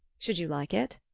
should you like it?